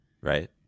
Right